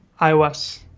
iOS